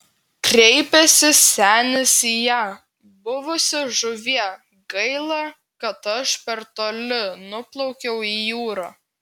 kreipėsi senis į ją buvusi žuvie gaila kad aš per toli nuplaukiau į jūrą